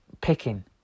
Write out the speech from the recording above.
Picking